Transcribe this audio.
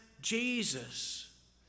Jesus